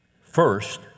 first